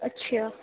اچھا